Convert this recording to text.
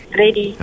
ready